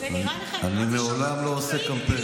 אני לעולם לא עושה קמפיין.